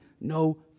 no